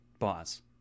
boss